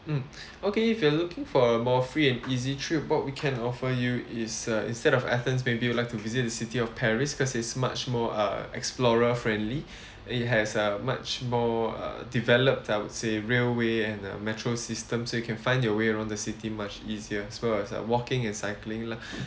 mm okay if you're looking for a more free and easy trip what we can offer you is uh instead of athens maybe you would like to visit the city of paris cause is much more uh explorer friendly it has a much more uh developed I would say railway and uh metro system so you can find your way around the city much easier as well as like walking and cycling lah